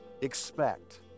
expect